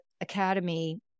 academy